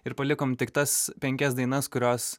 ir palikom tik tas penkias dainas kurios